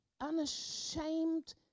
unashamed